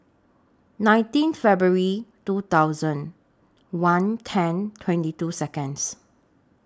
nineteen February two thousand one ten twenty two Seconds